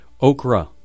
Okra